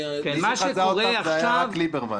מי שחזה אותן זה היה רק ליברמן.